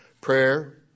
prayer